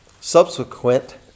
Subsequent